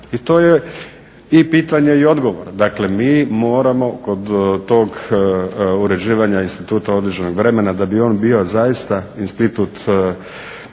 i to je i pitanje i odgovor. Dakle mi moramo kod tog uređivanja instituta određenog vremena da bi on bio zaista institut